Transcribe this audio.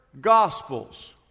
Gospels